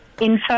Info